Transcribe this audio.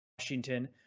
Washington